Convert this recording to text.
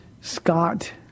Scott